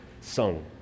sung